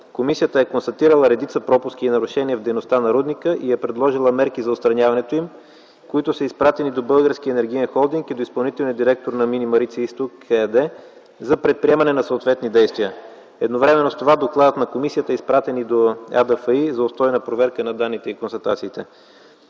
Комисията е констатирала редица пропуски и нарушения в дейността на рудника и е предложила мерки за отстраняването им, които са изпратени до Българския енергиен холдинг и до изпълнителния директор на „Мини Марица изток” ЕАД за предприемане на съответни действия. Едновременно с това докладът на комисията е изпратен и до Агенцията за държавна финансова инспекция